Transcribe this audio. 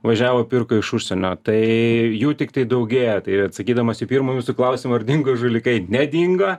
važiavo pirko iš užsienio tai jų tiktai daugėja tai atsakydamas į pirmą jūsų klausimą ar dingo žulikai nedingo